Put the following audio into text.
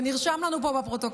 זה נרשם לנו פה בפרוטוקול.